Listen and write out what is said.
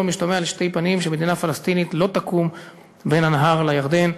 משתמע לשתי פנים שמדינה פלסטינית לא תקום בין הנהר לים,